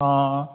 ਹਾਂ